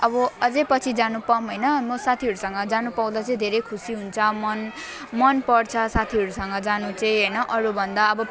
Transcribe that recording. अब अझ पछि जानु पाऊँ होइन म साथीहरूसँग जानु पाउँदा चाहिँ धेरै खुसी हुन्छ मन मन पर्छ साथीहरूसँग जान चाहिँ होइन अरू भन्दा अब